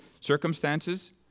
circumstances